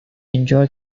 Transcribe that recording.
enjoy